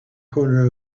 corner